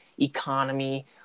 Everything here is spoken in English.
economy